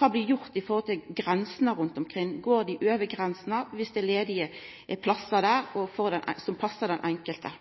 som blir gjort med tanke på grensene rundt omkring. Går dei over grensene viss det er ledige plassar der som passar den